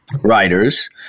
writers